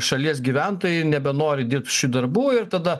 šalies gyventojai nebenori dirbt šių darbų ir tada